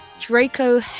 Draco